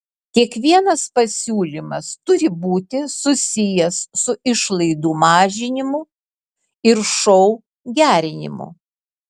kiekvienas pasiūlymas turi būti susijęs su išlaidų mažinimu ir šou gerinimu